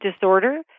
disorder